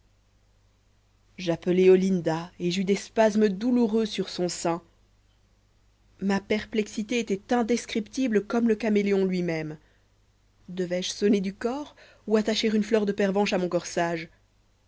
j'appelai olinda et j'eus des spasmes douloureux sur son sein ma perplexité était indescriptible comme le caméléon lui-même devais-je sonner du cor ou attacher une fleur de pervenche à mon corsage